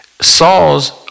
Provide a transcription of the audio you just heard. Saul's